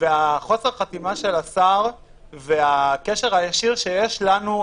חוסר החתימה של השר והקשר הישיר שיש לנו,